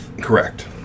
correct